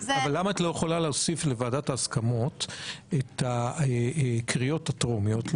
אבל למה את לא יכולה להוסיף לוועדת ההסכמות את הקריאות הטרומיות?